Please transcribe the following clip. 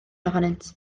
ohonynt